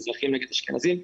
מזרחים נגד אשכנזים,